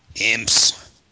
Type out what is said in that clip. Imps